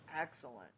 excellent